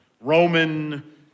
Roman